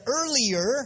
earlier